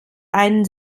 einen